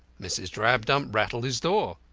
mrs. drabdump rattled his door,